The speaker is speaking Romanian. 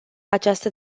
această